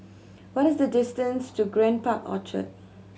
what is the distance to Grand Park Orchard